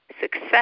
success